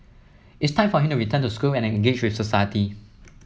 it's time for him to return to school and engage with society